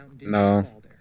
No